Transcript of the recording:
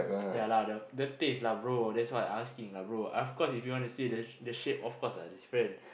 ya lah the the taste lah brother that's what I asking lah brother of course you want to say the the shape of lah is different